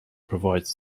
provides